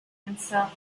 himself